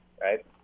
right